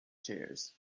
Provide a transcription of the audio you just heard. chairs